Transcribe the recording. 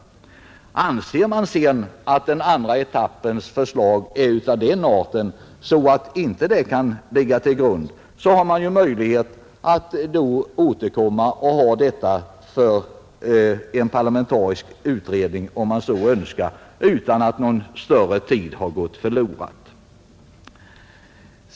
Anser man sedan att förslaget beträffande den andra etappen är av den arten att det inte kan ligga till grund för ett beslut, har man möjligheter att återkomma och yrka på en parlamentarisk utredning, om man så önskar, utan att någon längre tid har gått förlorad.